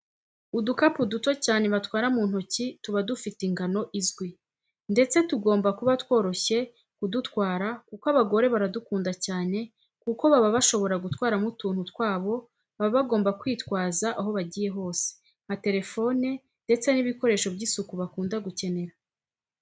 Udukapu duto cyane batwara mu ntoki tuba dufite ingano izwi ndetse tugomba kuba tworoshye kudutwara kuko abagore baradukunda cyane kuko baba bashobora gutwaramo utuntu twabo baba bagomba kwitwaza aho bagiyr hose nka terefone ndetse n'ibikoresho by'isuku bakunda gukenera.